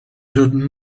nos